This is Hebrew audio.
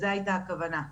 זו היתה הכוונה.